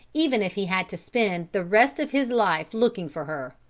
even if he had to spend the rest of his life looking for her.